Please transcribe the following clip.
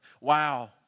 Wow